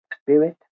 spirit